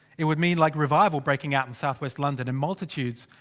it would mean like revival breaking out in south west london and multitudes.